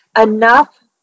enough